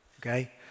Okay